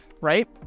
right